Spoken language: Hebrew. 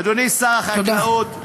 אדוני שר החקלאות, תודה.